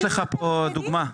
יש לך פה דוגמה.